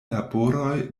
laboroj